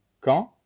Quand